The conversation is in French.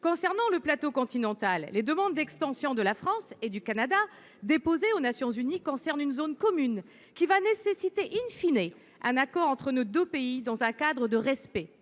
Concernant le plateau continental, les demandes d’extension de la France et du Canada déposées aux Nations unies concernent une zone commune qui,, nécessitera un accord entre ces deux pays, dans un cadre de respect